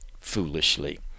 foolishly